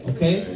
Okay